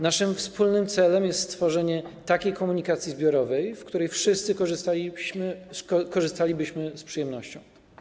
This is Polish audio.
Naszym wspólnym celem jest stworzenie takiej komunikacji zbiorowej, z której wszyscy korzystalibyśmy z przyjemnością.